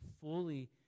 fully